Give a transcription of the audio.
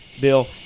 bill